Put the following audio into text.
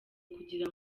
kugira